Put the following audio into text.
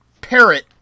parrot